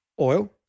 oil